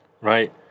right